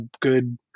good